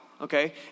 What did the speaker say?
okay